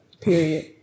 period